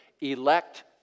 elect